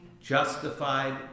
justified